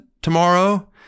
tomorrow